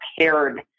prepared